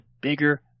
bigger